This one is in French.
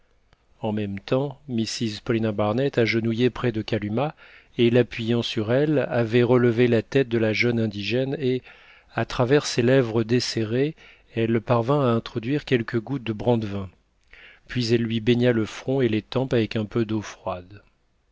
en même temps mrs paulina barnett agenouillée près de kalumah et l'appuyant sur elle avait relevé la tête de la jeune indigène et à travers ses lèvres desserrées elle parvint à introduire quelques gouttes de brandevin puis elle lui baigna le front et les tempes avec un peu d'eau froide